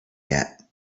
yet